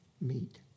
meet